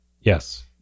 Yes